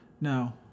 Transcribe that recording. No